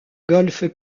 golf